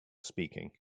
speaking